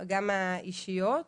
גם האישיות,